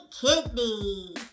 kidney